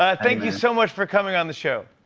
ah thank you so much for coming on the show.